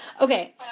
Okay